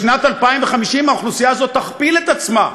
בשנת 2050 האוכלוסייה הזאת תכפיל את עצמה.